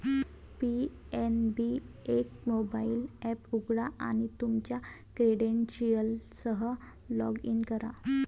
PNB एक mobile app उघडा आणि तुमच्या क्रेडेन्शियल्ससह लॉग इन करा